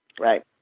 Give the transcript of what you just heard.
Right